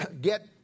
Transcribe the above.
get